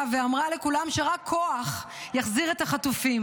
ואמרה לכולם שרק כוח יחזיר את החטופים,